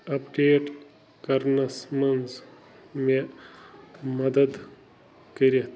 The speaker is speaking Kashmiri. اپڈیٹ کرنَس منٛز مےٚ مدد کٔرِتھ